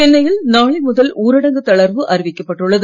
சென்னையில் நாளை முதல் ஊரடங்கு தளர்வு அறிவிக்கப்பட்டுள்ளது